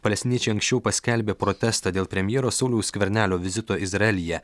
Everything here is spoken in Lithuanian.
palestiniečiai anksčiau paskelbė protestą dėl premjero sauliaus skvernelio vizito izraelyje